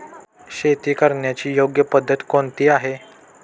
शेती करण्याची योग्य पद्धत कोणती आहे?